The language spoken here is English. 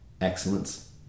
excellence